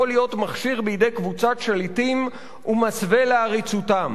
להיות מכשיר בידי קבוצת שליטים ומסווה לעריצותם.